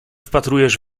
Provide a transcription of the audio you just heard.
wpatrujesz